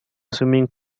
swimming